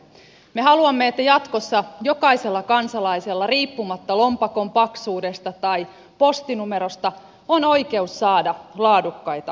me haluamme että jatkossa jokaisella kansalaisella riippumatta lompakon paksuudesta tai postinumerosta on oikeus saada laadukkaita palveluita